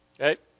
Okay